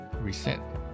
reset